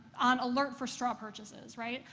on alert for straw purchases, right,